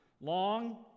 long